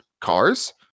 Cars